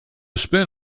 spin